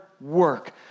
work